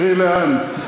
תראי לאן.